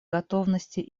готовности